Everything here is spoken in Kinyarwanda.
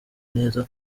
neza